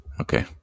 Okay